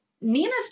Nina's